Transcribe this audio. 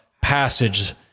passage